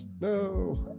No